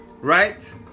right